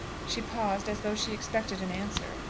she paused as though she expected an answer.